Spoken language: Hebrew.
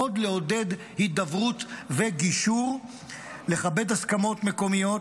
מאוד לעודד הידברות וגישור לכבד הסכמות מקומיות.